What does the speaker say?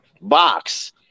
box